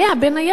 בין היתר,